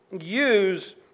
use